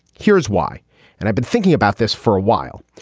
here's why and i've been thinking about this for a while.